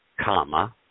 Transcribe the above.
comma